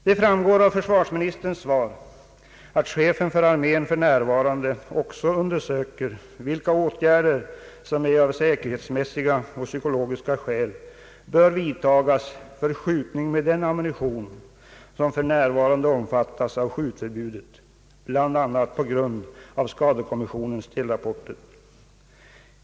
Det framgår av försvarsministerns svar att chefen för armén för närvarande också undersöker vilka åtgärder som av säkerhetsmässiga och psykologiska skäl bör vidtagas för skjutning med den ammunition som för närvarande omfattas av skjutförbudet bl.a. på grund av skadekommissionens delrapporter.